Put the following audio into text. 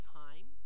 time